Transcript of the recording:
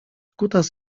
kutas